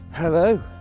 Hello